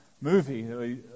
movie